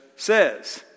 Says